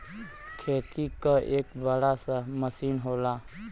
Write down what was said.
खेती क एक बड़ा सा मसीन होला